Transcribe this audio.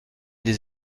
des